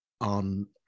on